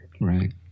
Right